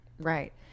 right